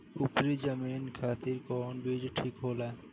उपरी जमीन खातिर कौन बीज ठीक होला?